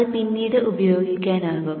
അത് പിന്നീട് ഉപയോഗിക്കാനാകും